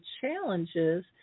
challenges